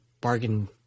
bargain